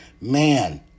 Man